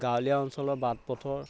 গাঁৱলীয়া অঞ্চলৰ বাট পথৰ